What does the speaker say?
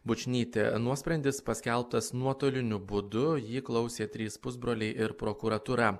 bučnytė nuosprendis paskelbtas nuotoliniu būdu jį klausė trys pusbroliai ir prokuratūra